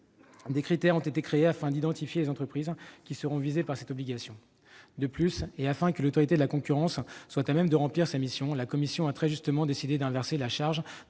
Des critères ont été déterminés, afin d'identifier les entreprises qui seront visées par cette obligation. De plus, et afin que l'Autorité de la concurrence soit à même de remplir sa mission, la commission a très justement décidé d'inverser la charge